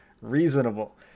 reasonable